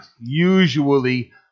usually